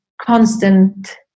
constant